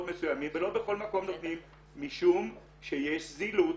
מסוימים ולא בכל מקום נותנים משום שיש זילות.